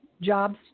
jobs